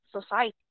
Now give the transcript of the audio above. society